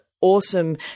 awesome